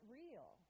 real